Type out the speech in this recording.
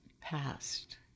passed